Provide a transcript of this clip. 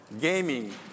gaming